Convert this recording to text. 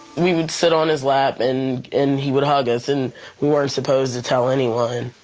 we would sit on his lap and and he would have us and we weren't supposed to tell anyone.